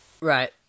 Right